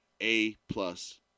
A-plus